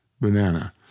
banana